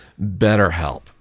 BetterHelp